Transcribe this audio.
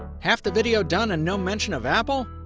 half the video done and no mention of apple?